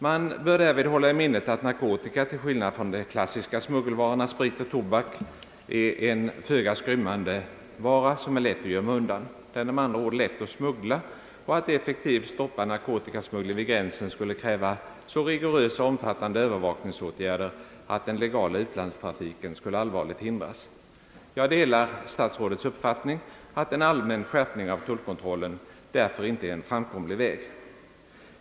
Man bör därvid hålla i minnet att narkotika, till skillnad från de klassiska smuggelvarorna sprit och tobak, är en föga skrymmande vara, som är lätt att gömma undan. Den är med andra ord lätt att smuggla, och att effektivt stoppa narkotikasmugglingen vid gränsen skulle kräva så rigorösa och omfattande övervakningsåtgärder att den legala utlandstrafiken skulle allvarligt hindras. Jag delar statsrådets uppfattning att en allmän skärpning av tullkontrollen därför inte är en framkomlig väg.